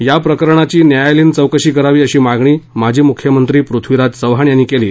या प्रकरणाची न्यायालयीन चौकशी करावी अशी मागणी माजी मुख्यमंत्री पृथ्वीराज चव्हाण यांनी केली